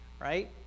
right